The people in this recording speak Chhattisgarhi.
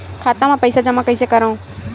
खाता म पईसा जमा कइसे करव?